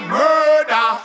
murder